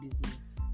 business